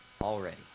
already